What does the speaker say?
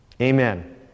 Amen